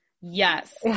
Yes